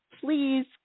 please